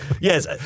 Yes